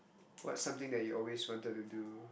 what's something that you always wanted to do